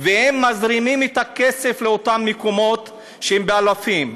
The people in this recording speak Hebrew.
והם מזרימים את הכסף לאותם מקומות, ובאלפים.